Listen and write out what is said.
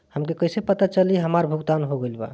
हमके कईसे पता चली हमार भुगतान हो गईल बा?